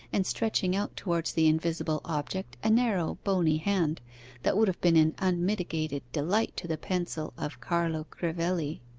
and stretching out towards the invisible object a narrow bony hand that would have been an unmitigated delight to the pencil of carlo crivelli.